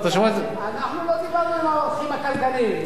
אנחנו לא דיברנו עם העורכים הכלכליים.